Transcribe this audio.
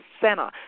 Center